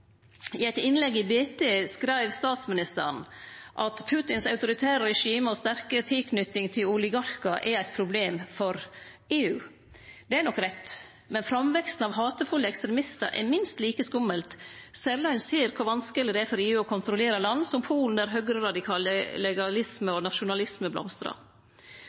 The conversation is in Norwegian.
I eit innlegg i Bergens Tidende skreiv statsministeren at Putins autoritære regime og sterke tilknyting til oligarkar er eit problem for EU. Det er nok rett, men framveksten av hatefulle ekstremistar er minst like skummelt, særleg når ein ser kor vanskeleg det er for EU å kontrollere land som Polen, der høgreradikal legalisme og nasjonalisme blomstrar.